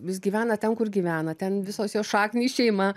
jis gyvena ten kur gyvena ten visos jo šaknys šeima